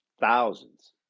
thousands